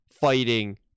fighting